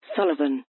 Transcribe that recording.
Sullivan